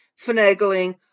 finagling